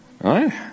right